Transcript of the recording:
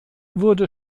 wurde